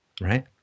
Right